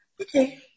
Okay